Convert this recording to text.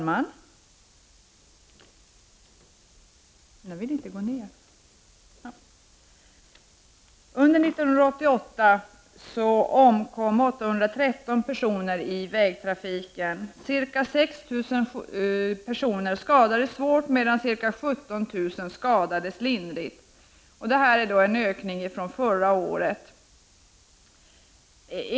Herr talman! Under 1988 omkom 813 personer i vägtrafiken. Ca 6 000 personer skadades svårt medan ca 17 000 personer skadades lindrigt. Detta är en ökning från förra året.